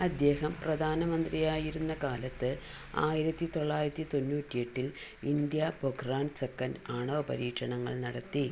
അദ്ദേഹം പ്രധാന മന്ത്രിയായിരുന്ന കാലത്ത് ആയിരത്തി തൊള്ളായിരത്തി തൊന്നൂറ്റി എട്ടിൽ ഇന്ത്യ പൊഖ്റാൻ സെക്കൻഡ് ആണവ പരീക്ഷണങ്ങൾ നടത്തി